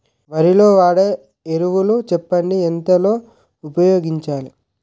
వరిలో వాడే ఎరువులు చెప్పండి? ఎంత లో ఉపయోగించాలీ?